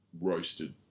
roasted